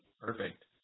perfect